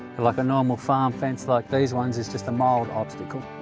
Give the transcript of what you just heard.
and like a normal farm fence like these ones is just a mild obstacle.